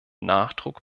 nachdruck